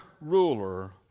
ruler